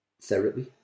therapy